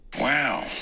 Wow